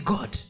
God